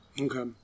Okay